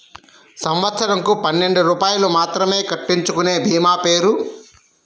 సంవత్సరంకు పన్నెండు రూపాయలు మాత్రమే కట్టించుకొనే భీమా పేరు?